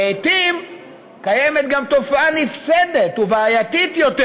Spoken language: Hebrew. לעיתים קיימת גם תופעה נפסדת ובעייתית יותר,